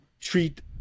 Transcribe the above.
treat